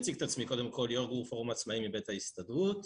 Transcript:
יו"ר הפורום העצמאים מבית ההסתדרות,